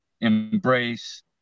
embrace